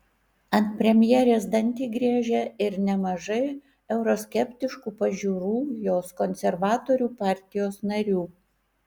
ant premjerės dantį griežia ir nemažai euroskeptiškų pažiūrų jos konservatorių partijos narių